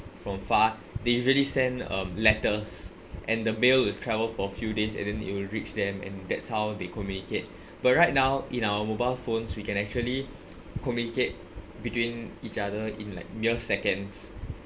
from far they usually send um letters and the mail will travel for few days and then it will reach them and that's how they communicate but right now in our mobile phones we can actually communicate between each other in like mere seconds